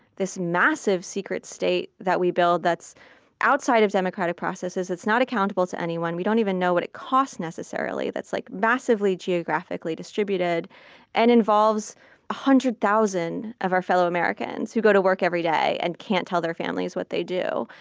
this massive secret state that we build that's outside of democratic processes. it's not accountable to anyone. we don't even know what it costs necessarily. that's like massively geographically distributed and involves one hundred thousand of our fellow americans who go to work every day and can't tell their families what they do.